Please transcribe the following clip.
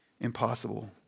impossible